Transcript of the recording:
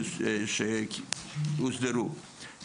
שהוסדרו,